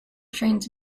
trains